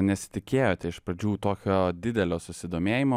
nesitikėjote iš pradžių tokio didelio susidomėjimo